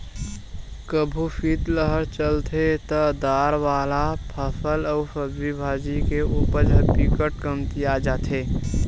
कभू सीतलहर चलथे त दार वाला फसल अउ सब्जी भाजी के उपज ह बिकट कमतिया जाथे